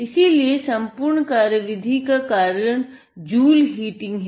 इसिलए सम्पूर्ण कार्यविधि का कारण जूल हिटिंग है